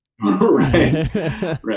Right